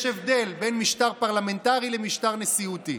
יש הבדל בין משטר פרלמנטרי למשטר נשיאותי.